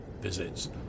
visits